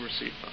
receive